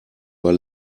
war